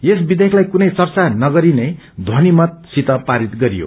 यस विषेयकलाई कुनै चर्चा नगरीनै ध्वनियत सित पारित गरियो